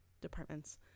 departments